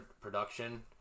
production